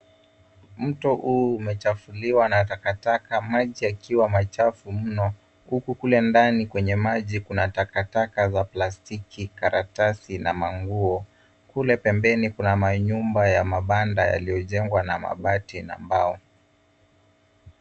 Mto huu umechafuliwa na takataka maji yakiwa machafu mno huku kule ndani kwenye maji kuna takataka za plastiki, karatasi na maguo. Kule pembeni kuna manyumba ya mabanda yaliyojegwa na mabati na bao.